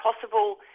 possible